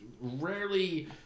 rarely